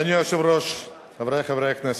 אדוני היושב-ראש, חברי חברי הכנסת,